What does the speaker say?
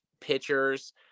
pitchers